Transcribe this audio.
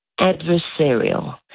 adversarial